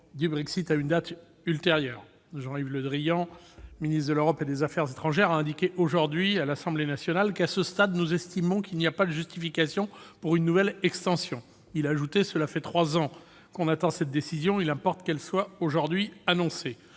du Brexit. Jean-Yves Le Drian, ministre de l'Europe et des affaires étrangères, a indiqué aujourd'hui à l'Assemblée nationale qu'« à ce stade, [...] il n'y a pas de justification pour une nouvelle extension ». Il a ajouté :« cela fait trois ans qu'on attend cette décision. Il importe qu'elle soit aujourd'hui annoncée ».